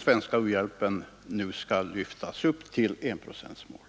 svenska u-hjälpen nu skall lyftas upp till enprocentsmålet.